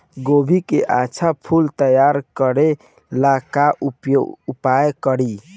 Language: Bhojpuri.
गोभी के अच्छा फूल तैयार करे ला का उपाय करी?